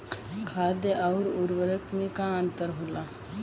खाद्य आउर उर्वरक में का अंतर होला?